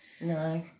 No